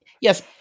Yes